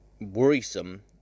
worrisome